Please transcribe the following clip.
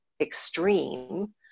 extreme